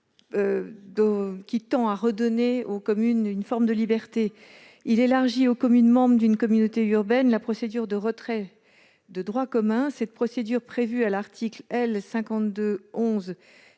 tend à redonner aux communes une forme de liberté et à élargir aux communes membres d'une communauté urbaine la procédure de retrait de droit commun. Cette procédure, prévue à l'article L.